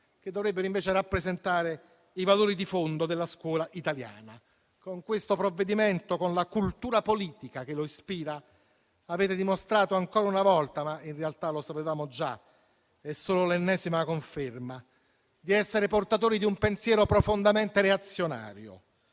che dovrebbero invece rappresentare i valori di fondo della scuola italiana. Con questo provvedimento, con la cultura politica che lo ispira, avete dimostrato, ancora una volta, di essere portatori di un pensiero profondamente reazionario.